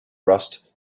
rust